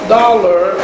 dollar